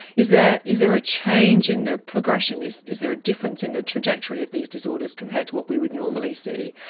is there is there a change in the progression, is is there a difference in the trajectory of these disorders compared to what we would normally see.